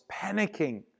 panicking